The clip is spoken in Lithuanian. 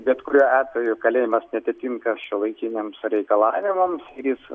bet kuriuo atveju kalėjimas neatitinka šiuolaikiniams reikalavimams ir jis